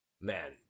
man